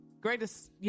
Greatest